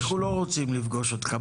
באוגוסט אנחנו לא רוצים לפגוש אותך,